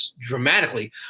dramatically